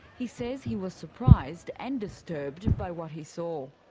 he says he was surprised and disturbed by what he saw.